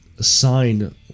signed